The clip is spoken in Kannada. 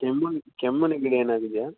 ಕೆಮ್ಮು ಕೆಮ್ಮು ನೆಗಡಿ ಏನಾರಿದೆಯಾ